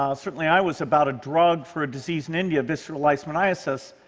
um certainly i was, about drug for a disease in india, visceral leishmaniasis,